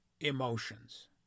emotions